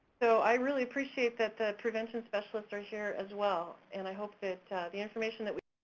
so i really appreciate that the prevention specialists are here as well and i hope that the information that we.